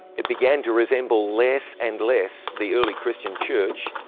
it began to resemble less and less the early christan church,